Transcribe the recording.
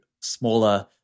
smaller